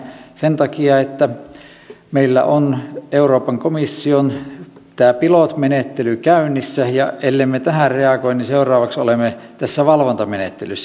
sen takia että meillä on euroopan komission pilot menettely käynnissä ja ellemme tähän reagoi niin seuraavaksi olemme tässä valvontamenettelyssä